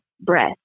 breath